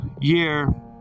year